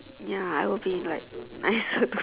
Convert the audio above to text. ya I will be like nicer